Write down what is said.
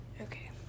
Okay